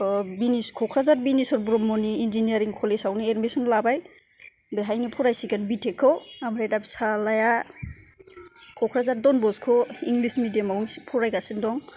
क'क्राझार बिनेस्वर ब्रह्मनि इन्जिनियारिं कलेजावनो एडमिसन लाबाय बेहायनो फरायसिगोन बिटेक खौ ओमफ्राय दा फिसाज्लाया क'क्राझार दन बस्क इंलिस मिडियामावनो फरायगासिनो दं